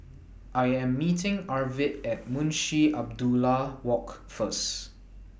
I Am meeting Arvid At Munshi Abdullah Walk First